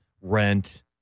rent